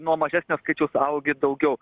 nuo mažesnio skaičiaus augi daugiau